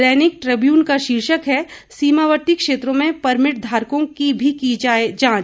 दैनिक Tribune का शीर्षक है सीमावर्ती क्षेत्रों में परमिटधारकों की भी की जाए जांच